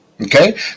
okay